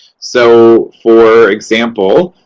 so, for example,